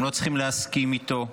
אתם לא צריכים להסכים איתו,